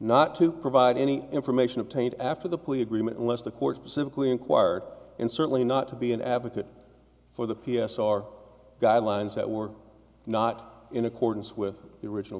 not to provide any information obtained after the plea agreement unless the court simply inquired and certainly not to be an advocate for the p s r guidelines that were not in accordance with the original